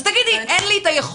אז תגידי: אין לי את היכולת,